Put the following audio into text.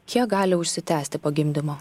kiek gali užsitęsti po gimdymo